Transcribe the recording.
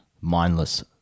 mindless